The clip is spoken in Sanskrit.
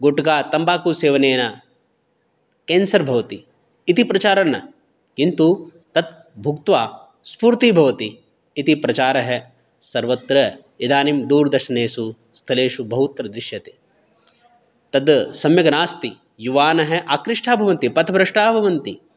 गुट्का तम्बाकूसेवनेन केन्सर् भवति इति प्रचारः न किन्तु तत् भुक्त्वा स्फूर्तिः भवति इति प्रचारः सर्वत्र इदानीं दूरदर्शनेषु स्थलेषु बहुत्र दृश्यते तद् सम्यक् नास्ति युवानः आकृष्टाः भवन्ति पथभ्रष्टाः भवन्ति